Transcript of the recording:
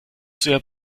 sehr